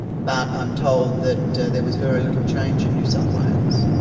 but i'm told that there was very little change in new south wales,